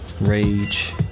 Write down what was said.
rage